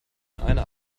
eine